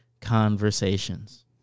conversations